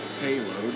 payload